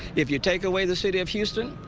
if you take away the city of houston,